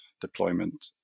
deployment